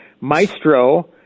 Maestro